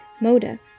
MODA